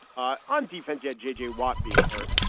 ah on defense, you had j j. watt being hurt.